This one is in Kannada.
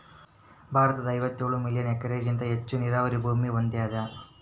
ಭಾರತ ಐವತ್ತೇಳು ಮಿಲಿಯನ್ ಹೆಕ್ಟೇರ್ಹೆಗಿಂತ ಹೆಚ್ಚು ನೀರಾವರಿ ಭೂಮಿ ಹೊಂದ್ಯಾದ